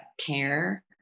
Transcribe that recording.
care